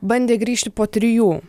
bandė grįžti po trijų